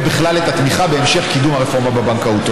ובכלל את התמיכה בהמשך קידום הרפורמה בבנקאות.